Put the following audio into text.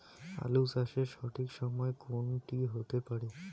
আলু চাষের সঠিক সময় কোন টি হতে পারে?